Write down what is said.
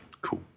Cool